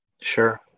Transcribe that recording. Sure